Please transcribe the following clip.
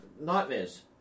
Nightmares